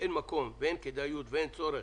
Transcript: אין מקום, אין כדאיות ואין צורך,